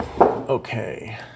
Okay